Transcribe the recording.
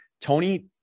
Tony